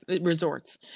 resorts